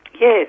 Yes